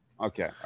Okay